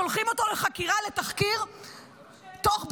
שולחים אותו לחקירה, לתחקיר תוך בטני,